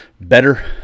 better